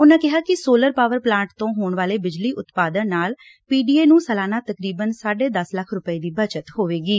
ਉਨੂਾਂ ਕਿਹਾ ਕਿ ਸੋਲਰ ਪਾਵਰ ਪਲਾਂਟ ਤੋਂ ਹੋਣ ਵਾਲੇ ਬਿਜਲੀ ਉਤਪਾਦਕ ਨਾਲ ਪੀਡੀਏ ਨੂੰ ਸਾਲਾਨਾ ਤਕਰੀਬਨ ਸਾਢੇ ਦਸ ਲੱਖ ਰੁਪਏ ਦੀ ਬਚਤ ਹੋਵੇਗੀ